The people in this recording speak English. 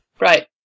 Right